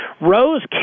Rose